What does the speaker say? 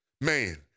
man